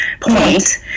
point